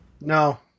No